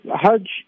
hajj